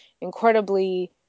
incredibly